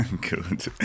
Good